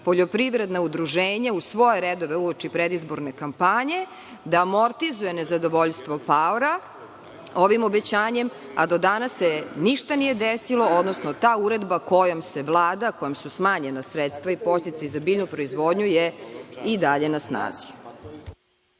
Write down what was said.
poljoprivredna udruženja u svoje redove uoče predizborne kampanje, da amortizuje zadovoljstvo paora ovim obećanjem. Do danas se ništa nije desilo, odnosno ta uredba Vlade kojom su smanjena sredstva i podsticaji za biljnu proizvodnju je i dalje na snazi.